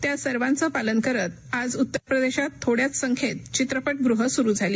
त्या सर्वांचं पालन करत आज उत्तरप्रदेशात थोड्याच संख्येत चित्रप ग्रेहं सुरू झाली